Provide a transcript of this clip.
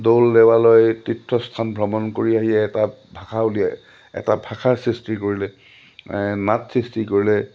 দৌল দেৱালয় তীৰ্থস্থান ভ্ৰমণ কৰি আহি এটা ভাষা উলিয়াই এটা ভাষাৰ সৃষ্টি কৰিলে নাট সৃষ্টি কৰিলে